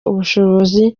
ubushobozi